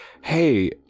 hey